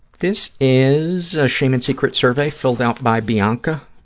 this is a shame and secrets survey filled out by bianca.